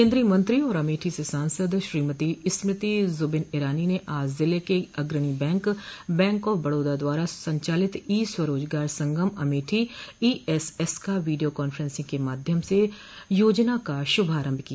केंद्रीय मंत्री और अमेठी से सांसद श्रीमती स्मृति जुबिन ईरानी ने आज जिले के अग्रणी बैंक बैंक ऑफ बड़ौदा द्वारा संचालित ई स्वरोजगार संगम अमेठी ईएसएस का वीडियो कॉन्फ्रेंसिंग के माध्यम से योजना का शुभारंभ किया